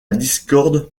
discorde